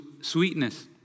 sweetness